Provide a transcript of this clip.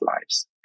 lives